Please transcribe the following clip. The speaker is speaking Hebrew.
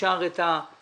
אפשר את ההפחתה,